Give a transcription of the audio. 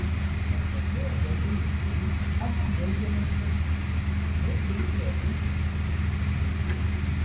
pasakau apie tai vyrui abu džiaugiamės šiuo ženklu jau greitai ateis mūsų mažylis